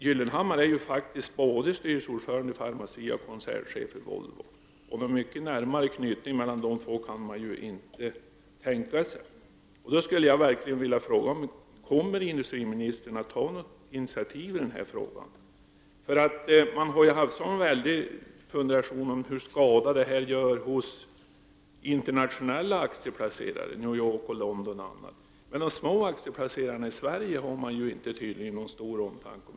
Gyllenhammar är dock faktiskt både styrelseordförande i Pharmacia och koncernchef i Volvo. En närmare koppling mellan de två företagen kan man inte tänka sig. Kommer industriministern att ta något initiativ i denna fråga? Man har haft många funderingar kring hur detta gör skada hos internationella aktieplacerare i New York, London och på andra ställen. De små aktieplacerarna i Sverige har man tydligen ingen större omtanke om.